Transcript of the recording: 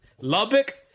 Lubbock